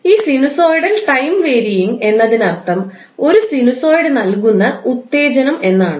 ഈ sinusoidal time varying എന്നതിനർത്ഥം ഒരു സിനുസോയിഡ് നൽകുന്ന ഉത്തേജനം എന്നാണ്